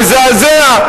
מזעזע.